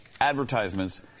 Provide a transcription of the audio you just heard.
advertisements